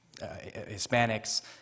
Hispanics